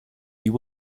you